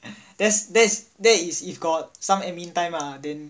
that's that's that is if got some admin time ah then